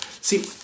See